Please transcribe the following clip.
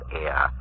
air